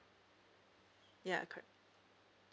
ya correct